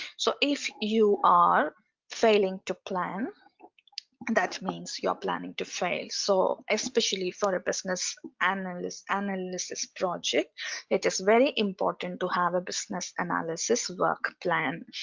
so if you are failing to plan that means you're planning to fail so especially for a business and um and and analysis project it is very important to have a business analysis work plan.